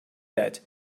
that